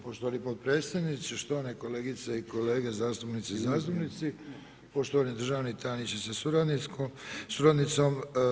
Poštovani potpredsjedniče, štovane kolegice i kolege zastupnice i zastupnici, poštovani državni tajniče sa suradnicom.